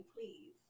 please